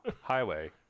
highway